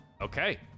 Okay